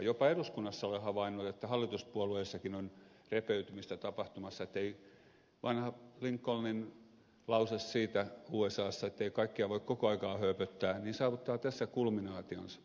jopa eduskunnassa olen havainnut että hallituspuolueissakin on repeytymistä tapahtumassa että vanha lincolnin lause siitä usassa ettei kaikkia voi koko aikaa hööpöttää saavuttaa tässä kulminaationsa